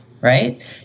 right